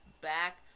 back